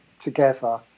together